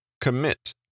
commit